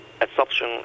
absorption